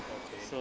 okay